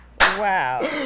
Wow